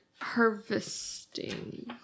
harvesting